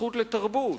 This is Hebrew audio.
הזכות לתרבות,